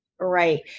Right